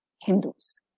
Hindus